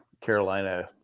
Carolina